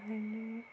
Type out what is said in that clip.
आनी